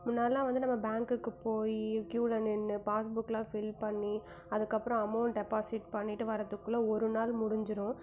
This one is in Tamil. முன்னாடிலாம் வந்து நம்ம பேங்குக்கு போய் கியுவில் நின்று பாஸ் புக்கெலாம் ஃபில் பண்ணி அதுக்கப்றம் அமௌண்ட் டெப்பாசிட் பண்ணிட்டு வரத்துக்குள்ளே ஒரு நாள் முடிஞ்சிடும்